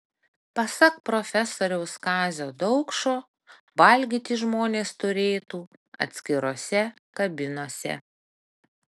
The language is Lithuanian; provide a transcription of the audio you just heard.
pasak profesoriaus kazio daukšo valgyti žmonės turėtų atskirose kabinose